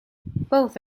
both